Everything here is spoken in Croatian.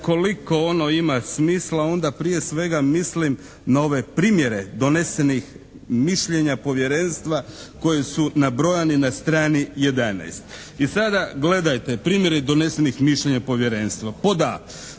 koliko ono ima smisla onda prije svega mislim na ove primjere donesenih mišljenja povjerenstva koji su nabrojani na strani 11. I sada gledajte. Primjeri donesenih mišljenja povjerenstva.